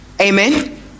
Amen